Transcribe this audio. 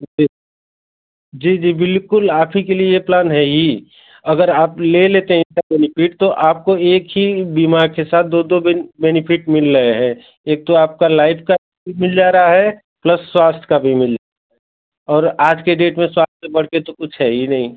जी जी जी बिल्कुल आप ही के लिए यह प्लान है ही अगर आप ले लेते हैं इसका बेनीफिट तो आपको एक ही बीमा के साथ दो दो बेन बेनीफिट मिल रहे हैं एक तो आपका लाइफ का भी मिल जा रहा है प्लस स्वास्थ का भी मिल और आज के डेट में स्वास्थ्य से बढ़कर तो कुछ है ही नहीं